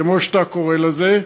כמו שאתה קורא לזה,